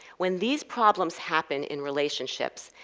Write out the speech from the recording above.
when these problems happen in relationships,